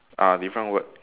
ah different word